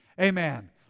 amen